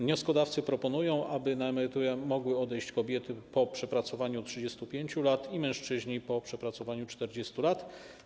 Wnioskodawcy proponują, aby na emeryturę mogły odejść kobiety po przepracowaniu 35 lat i mężczyźni po przepracowaniu 40 lat.